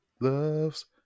loves